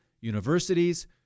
universities